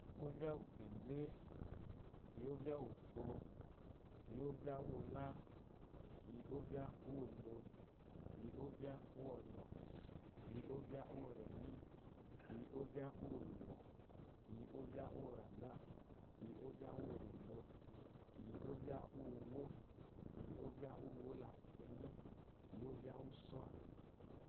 Ɔ́vyá úwù kènzé, kì yi ɔ́vyá úwòpo, kì yi ɔ́vyá úwɔlá. kì yi ɔ́vyá úwondo, kì yi ɔ́vyá úwɔlɔ̀. kì yi ɔ́vyá úwɔrɛ̀nyí, kì yi ɔ́vyá úworòwò, kì yi ɔ́vyá úwɔràndá, kì yi ɔ́vyá úworòndo, kì yi ɔ́vyá úwuwó, kì yi ɔ́vyá úwuwó la kwukpɛnyí, kì yi ɔ́vyá úwússɔ́.